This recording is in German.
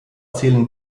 zählen